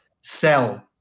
sell